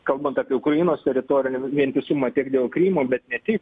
kalbant apie ukrainos teritorinį vientisumą tiek dėl krymo bet ne tik